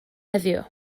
heddiw